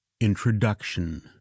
INTRODUCTION